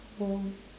go on